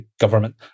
government